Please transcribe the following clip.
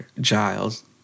Giles